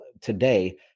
today